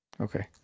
Okay